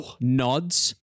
nods